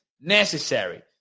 necessary